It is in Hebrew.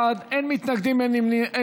36 בעד, אין מתנגדים, אין נמנעים.